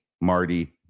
Marty